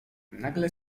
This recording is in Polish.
nagle